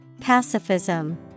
Pacifism